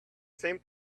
seemed